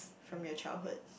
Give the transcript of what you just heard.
from your childhood